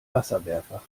wasserwerfer